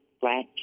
black